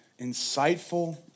insightful